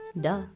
Duh